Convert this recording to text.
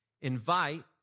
Invite